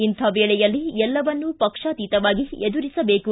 ಇಂಥ ವೇಳೆಯಲ್ಲಿ ಎಲ್ಲವನ್ನು ಪಕ್ಷಾತೀತವಾಗಿ ಎದುರಿಸಬೇಕು